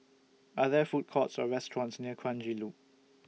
Are There Food Courts Or restaurants near Kranji Loop